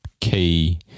key